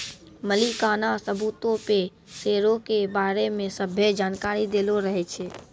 मलिकाना सबूतो पे शेयरो के बारै मे सभ्भे जानकारी दैलो रहै छै